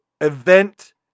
event